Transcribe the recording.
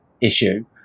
issue